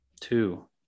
two